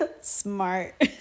Smart